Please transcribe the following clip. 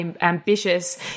ambitious